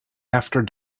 after